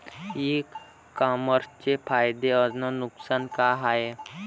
इ कामर्सचे फायदे अस नुकसान का हाये